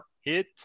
hit